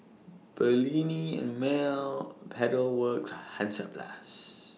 Perllini and Mel Pedal Works and Hansaplast